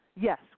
Yes